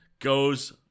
goes